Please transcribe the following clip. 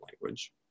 language